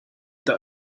that